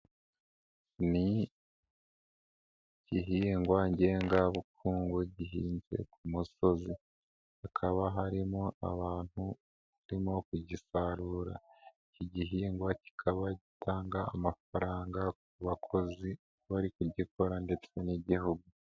Ni igihingwa ngengabukungu gihinze ku musozi, hakaba harimo abantu barimo kugisarura, iki gihingwa kikaba gitanga amafaranga ku bakozi bari kugikora ndetse n'igihugu.